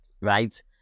right